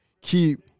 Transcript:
keep